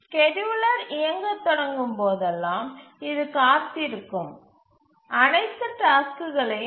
scheduler இயங்கத் தொடங்கும் போதெல்லாம் இது காத்திருக்கும் அனைத்து டாஸ்க்குகளையும்